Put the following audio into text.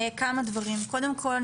קודם כול,